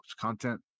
content